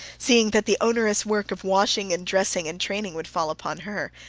seeing that the onerous work of washing and dressing and training would fall upon her.